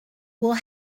will